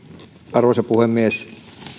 arvoisa puhemies